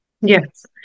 Yes